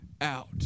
out